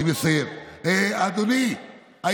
אני מסיים, אדוני, אני מסיים.